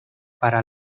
para